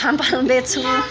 फामफल बेच्छु